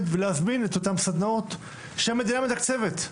להזמין את אותן סדנאות שהמדינה מתקצבת,